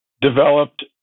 developed